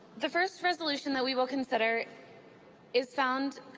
the first resolution that we will consider is found,